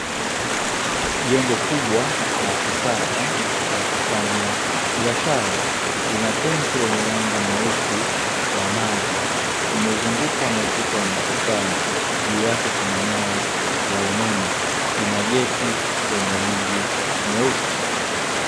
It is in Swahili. Jengo kubwa la kisasa la kufanya biashara lina tenki lenye rangi nyeusi la maji, limezunguzwa na ukuta wa matofali juu yake kuna nyaya za umeme, lina geti lenye rangi nyeusi.